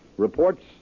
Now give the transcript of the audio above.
reports